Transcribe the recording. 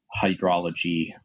hydrology